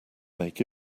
make